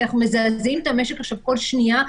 כי אנחנו מזעזעים את המשק עכשיו כל שנייה.